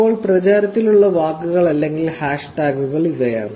ഇപ്പോൾ പ്രചാരത്തിലുള്ള വാക്കുകൾ അല്ലെങ്കിൽ ഹാഷ്ടാഗുകൾ ഇവയാണ്